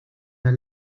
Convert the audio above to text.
der